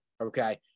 Okay